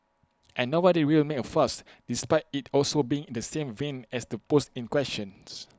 and nobody really made A fuss despite IT also being in the same vein as the post in questions